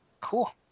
Cool